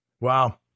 Wow